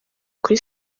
kuri